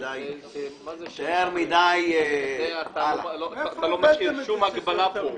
אתה לא משאיר פה שום הגבלה.